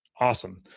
Awesome